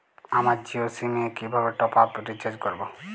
আমার জিও সিম এ কিভাবে টপ আপ রিচার্জ করবো?